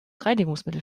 reinigungsmittel